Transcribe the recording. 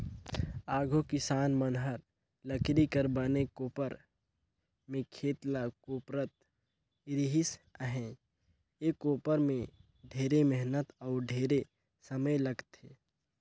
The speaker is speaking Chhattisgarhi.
आघु किसान मन हर लकरी कर बने कोपर में खेत ल कोपरत रिहिस अहे, ए कोपर में ढेरे मेहनत अउ ढेरे समे लगथे